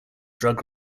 drug